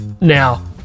Now